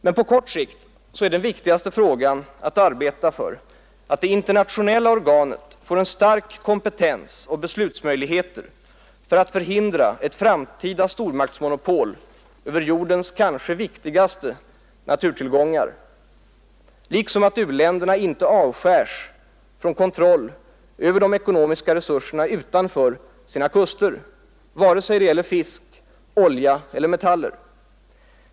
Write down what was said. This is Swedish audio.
Men på kort sikt är den viktigaste frågan att arbeta för att det internationella organet får en stark kompetens och beslutsmöjligheter för att hindra ett framtida stormaktsmonopol över jordens kanske viktigaste naturtillgångar, liksom att u-länderna inte avskärs från kontroll över de ekonomiska resurserna utanför sina kuster, vare sig det gäller fisk, olja eller metaller.